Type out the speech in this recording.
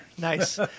Nice